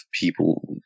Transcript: people